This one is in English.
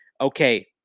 okay